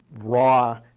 raw